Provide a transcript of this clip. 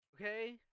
okay